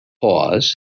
pause